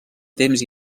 temps